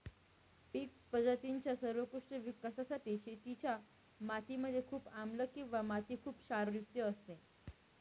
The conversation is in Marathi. पिक प्रजातींच्या सर्वोत्कृष्ट विकासासाठी शेतीच्या माती मध्ये खूप आम्लं किंवा माती खुप क्षारयुक्त असते